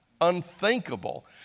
unthinkable